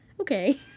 Okay